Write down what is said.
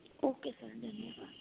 okay sir धन्यवाद